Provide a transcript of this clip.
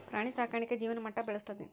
ಪ್ರಾಣಿ ಸಾಕಾಣಿಕೆ ಜೇವನ ಮಟ್ಟಾ ಬೆಳಸ್ತತಿ